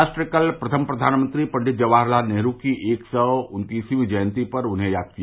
राष्ट्र कल प्रथम प्रधानमंत्री पंडित जवाहर लाल नेहरू की एक सौ उन्तीसवीं जयंती पर उन्हें याद किया